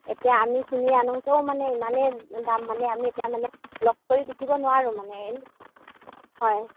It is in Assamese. এতিয়া আমি কিনি আনোতেও মানে ইমানেই দাম মানে আমি এতিয়া মানে লছ কৰি বিকিব নোৱাৰোঁ মানে হয়